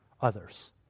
others